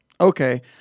okay